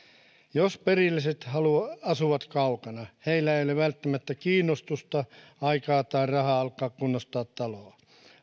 jos perilliset asuvat kaukana heillä ei ole välttämättä kiinnostusta aikaa tai rahaa alkaa kunnostaa taloa